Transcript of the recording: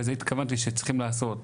ולזה התכוונתי שצריך לעשות.